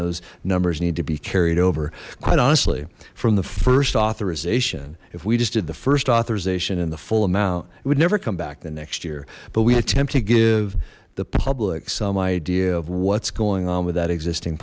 those numbers need to be carried over quite honestly from the first authorization if we just did the first authorization and the full amount it would never come back the next year but we attempt to give the public some idea of what's going on with that existing